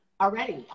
already